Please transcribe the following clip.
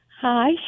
Hi